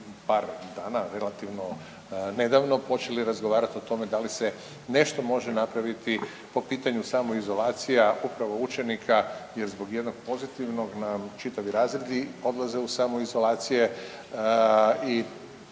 par dana relativno nedavno počeli razgovarati o tome da li se nešto može napraviti po pitanju samoizolacija upravo učenika jer zbog jednog pozitivnog nam čitavi razredi odlaze u samoizolacije.